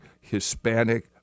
Hispanic